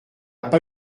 pas